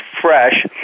fresh